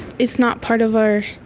it's not part of our